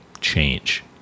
change